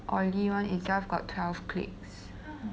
oily one itself got twelve clicks